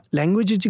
language